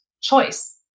choice